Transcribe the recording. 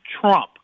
Trump